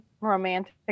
romantic